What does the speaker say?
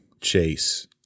chase